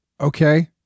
Okay